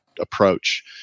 approach